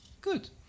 Good